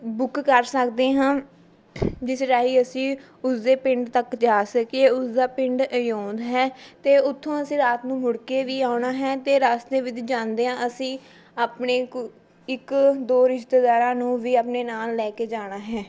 book ਕਰ ਸਕਦੇ ਹਾਂ ਜਿਸ ਰਾਹੀਂ ਅਸੀਂ ਉਸਦੇ ਪਿੰਡ ਤੱਕ ਜਾ ਸਕੀਏ ਉਸਦਾ ਪਿੰਡ ਅਯੋਨ ਹੈ ਅਤੇ ਉੱਥੋਂ ਅਸੀਂ ਰਾਤ ਨੂੰ ਮੁੜ ਕੇ ਵੀ ਆਉਣਾ ਹੈ ਅਤੇ ਰਸਤੇ ਵਿੱਚ ਜਾਂਦਿਆਂ ਅਸੀਂ ਆਪਣੇ ਕੁ ਇੱਕ ਦੋ ਰਿਸ਼ਤੇਦਾਰਾਂ ਨੂੰ ਵੀ ਆਪਣੇ ਨਾਲ਼ ਲੈ ਕੇ ਜਾਣਾ ਹੈ